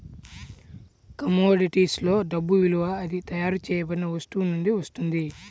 commodities లో డబ్బు విలువ అది తయారు చేయబడిన వస్తువు నుండి వస్తుంది